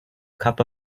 cup